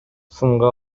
сынга